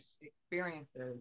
experiences